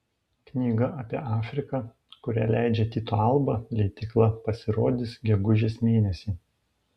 knyga apie afriką kurią leidžia tyto alba leidykla pasirodys gegužės mėnesį